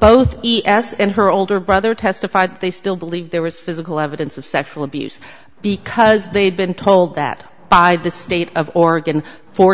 both e s and her older brother testified that they still believe there was physical evidence of sexual abuse because they'd been told that by the state of oregon for